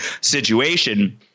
situation